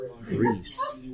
Greece